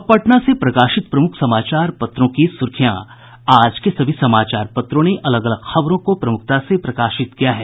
अब पटना से प्रकाशित प्रमुख समाचार पत्रों की सुर्खियां आज के सभी समाचार पत्रों ने अलग अलग खबरों को प्रमुखता से प्रकाशित किया है